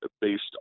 based